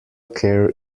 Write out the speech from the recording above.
care